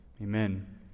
Amen